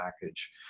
package